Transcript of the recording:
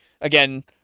again